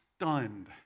stunned